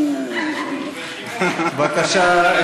בבקשה,